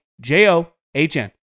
J-O-H-N